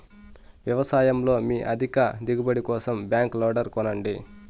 వ్యవసాయంలో మీ అధిక దిగుబడి కోసం బ్యాక్ లోడర్ కొనండి